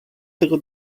tego